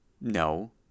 no